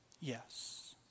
yes